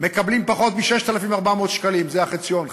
מקבלים פחות מ-6,400 שקלים, זה החציון.